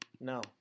No